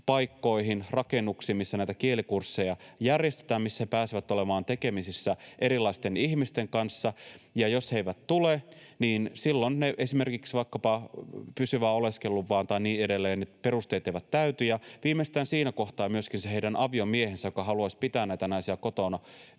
paikkoihin, rakennuksiin, missä näitä kielikursseja järjestetään, missä he pääsevät olemaan tekemisissä erilaisten ihmisten kanssa. Jos he eivät tule, niin silloin esimerkiksi pysyvän oleskeluluvan tai niin edelleen perusteet eivät täyty, ja viimeistään siinä kohtaa myöskin se heidän aviomiehensä, joka haluaisi pitää tätä naista kotona,